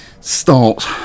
start